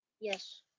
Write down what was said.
Yes